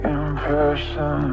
impression